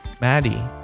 Maddie